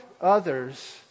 others